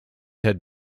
had